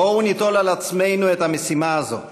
בואו ניטול על עצמנו את המשימה הזו.